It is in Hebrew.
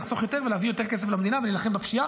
לחסוך יותר ולהביא יותר כסף למדינה ולהילחם בפשיעה.